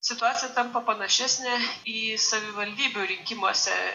situacija tampa panašesnė į savivaldybių rinkimuose